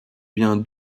bien